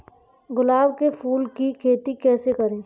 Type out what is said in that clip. गुलाब के फूल की खेती कैसे करें?